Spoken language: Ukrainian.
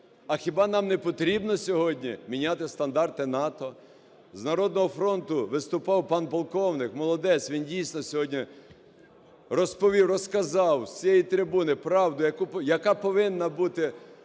А хіба нам не потрібно сьогодні міняти стандарти НАТО? З "Народного фронту" виступав пан полковник. Молодець, він, дійсно, сьогодні розповів, розказав з цієї трибуни правду, яка повинна бути